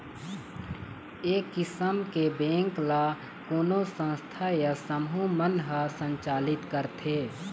ए किसम के बेंक ल कोनो संस्था या समूह मन ह संचालित करथे